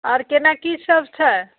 आओर केना की सब छै